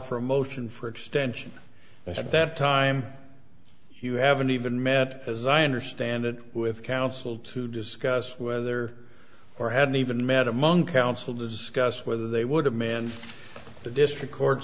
promotion for extension as at that time you haven't even met as i understand it with council to discuss whether or hadn't even met among council discuss whether they would a man the district court